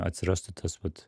atsirastų tas vat